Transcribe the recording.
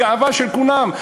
גאווה של כולם.